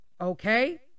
Okay